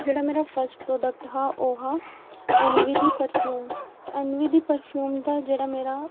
जेह्ड़ा मेरा first product हा ओह् हा ऐनबिदी पर्फ्यूम ऐनबिदी पर्फ्यूम दा जेह्ड़ा मेरा